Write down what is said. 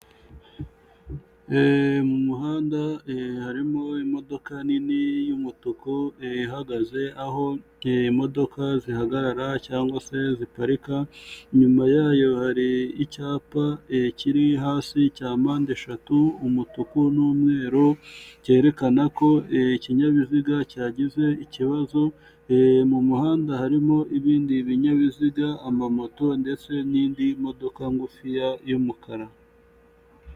Mumuhanda harimo imodoka nini y'umutuku ihagaze, aho imodoka zihagarara cyangwase ziparika, inyuma yayo hari icyapa kiri hasi, cya mpande eshatu, umutuku n'umweru cyerekana ko ikinyabiziga cyagize ikibazo m'umuhanda harimo ibindi binyabiziga, amamoto ndetse n'indimodoka ngufiya y'umukara.